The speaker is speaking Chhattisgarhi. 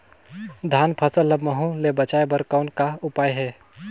धान फसल ल महू ले बचाय बर कौन का उपाय हे?